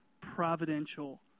providential